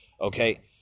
okay